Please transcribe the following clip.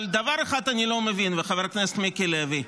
אבל דבר אחד אני לא מבין, חבר הכנסת מיקי לוי,